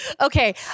Okay